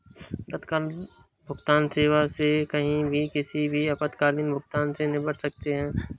तत्काल भुगतान सेवा से कहीं भी किसी भी आपातकालीन भुगतान से निपट सकते है